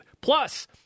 Plus